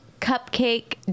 Cupcake